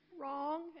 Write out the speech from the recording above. wrong